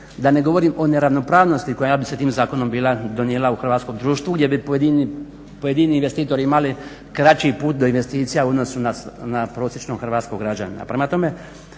Da ne govorim o neravnopravnosti koja bi se tim zakonom bila donijela u hrvatskom društvu gdje bi pojedini investitori imali kraći put do investicija u odnosu na prosječnog hrvatskog građanina.